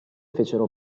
fecero